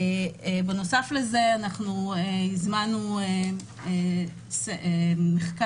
בנוסף לזה, אנחנו הזמנו מחקר